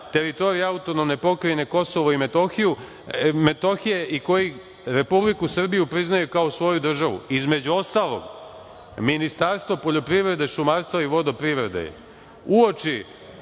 teritoriji AP Kosovo i Metohija i koju Republiku Srbiju priznaju kao svoju državu. Između ostalog, Ministarstvo poljoprivrede, šumarstva i vodoprivrede